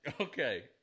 Okay